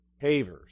pavers